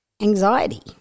anxiety